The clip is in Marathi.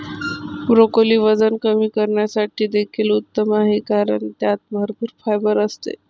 ब्रोकोली वजन कमी करण्यासाठी देखील उत्तम आहे कारण त्यात भरपूर फायबर असते